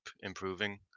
improving